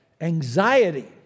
Anxiety